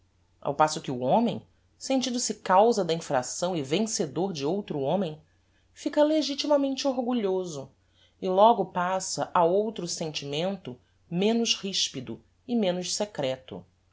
ao passo que o homem sentindo-se causa da infracção e vencedor de outro homem fica legitimamente orgulhoso e logo passa a outro sentimento menos rispido e menos secreto